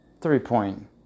three-point